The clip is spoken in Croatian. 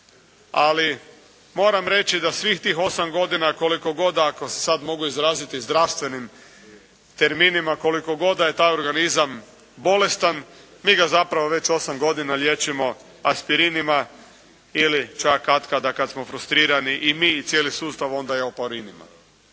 ali mogu reći da svih tih 8 godina koliko god ako se sada mogu izraziti zdravstvenim terminima, koliko god da je taj organizam bolestan mi ga već 8 godina liječimo Aspirinima ili čak kat kada, kada smo frustrirani i mi i cijeli sustav onda Apaurinima.